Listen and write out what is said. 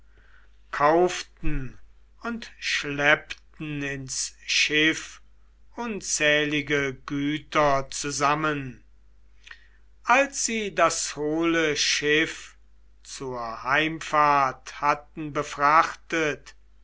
kauften und schleppten ins schiff unzählige güter zusammen als sie das hohle schiff zur heimfahrt hatten befrachtet